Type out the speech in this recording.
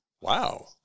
Wow